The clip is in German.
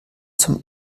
zum